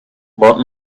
but